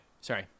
sorry